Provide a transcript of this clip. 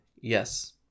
yes